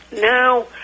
Now